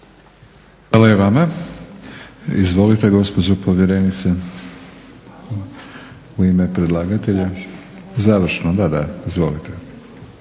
Hvala i vama. Izvolite gospođo povjerenice u ime predlagatelja. Završno, da. Izvolite.